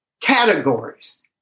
categories